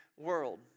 world